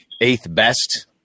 eighth-best